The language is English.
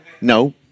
No